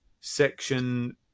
section